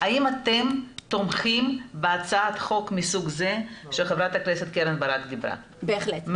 האם אתם תומכים בהצעת חוק מסוג זה של חברת הכנסת קרן ברק דיברה עליה?